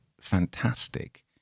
fantastic